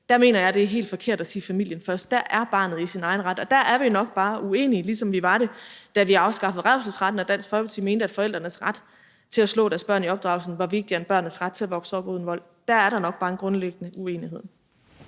så mener jeg, det er helt forkert at sige: familien først. Der er barnet i sin egen ret. Der er vi jo nok bare uenige, ligesom vi var det, da vi afskaffede revselsesretten og Dansk Folkeparti mente, at forældrenes ret til at slå deres børn i opdragelsen var vigtigere end børnenes ret til at vokse op uden vold. Der er der nok bare en grundlæggende uenighed.